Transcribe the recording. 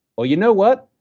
or you know what?